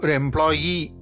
employee